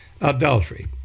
Adultery